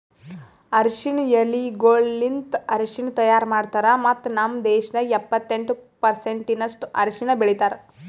ಅರಶಿನ ಎಲಿಗೊಳಲಿಂತ್ ಅರಶಿನ ತೈಯಾರ್ ಮಾಡ್ತಾರ್ ಮತ್ತ ನಮ್ ದೇಶದಾಗ್ ಎಪ್ಪತ್ತೆಂಟು ಪರ್ಸೆಂಟಿನಷ್ಟು ಅರಶಿನ ಬೆಳಿತಾರ್